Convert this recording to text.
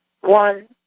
one